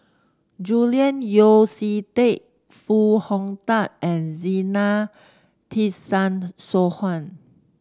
Julian Yeo See Teck Foo Hong Tatt and Zena Tessensohn